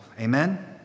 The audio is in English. amen